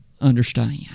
understand